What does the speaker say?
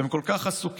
אתם כל כך עסוקים